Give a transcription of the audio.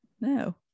No